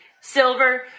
silver